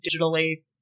digitally